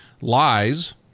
lies